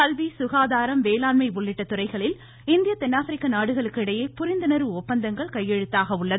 கல்வி சுகாதாரம் வேளாண்மை உள்ளிட்ட துறைகளில் இந்திய தென்னாப்பிரிக்க நாடுகளிடையே புரிந்துணர்வு ஒப்பந்தங்கள் கையெழுத்தாக உள்ளது